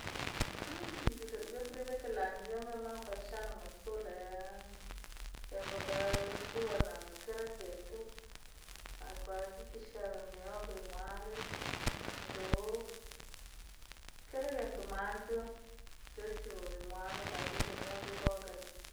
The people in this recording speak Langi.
vidu vyakuria vyakilangi, vyamema ukashana masula, yavikirwa kuwa nakila kintu, na ukahakikisha mihogo imware, njuu kira kintuu maanju, visu vimware ukaakikisha mooriya koowakati.